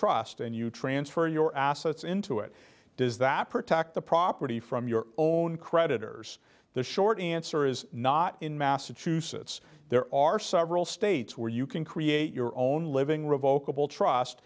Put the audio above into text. trust and you transfer your assets into it does that protect the property from your own creditors the short answer is not in massachusetts there are several states where you can create your own living